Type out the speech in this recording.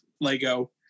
Lego